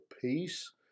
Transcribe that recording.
peace